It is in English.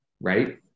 right